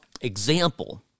example